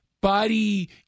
body